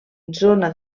zona